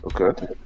Okay